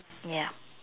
ya